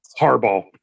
Harbaugh